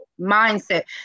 mindset